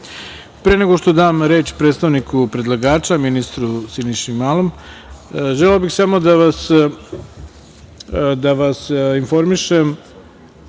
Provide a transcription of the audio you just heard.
nego što dam reč predstavniku predlagača, ministru Siniši Malom, želeo bih samo da vas informišem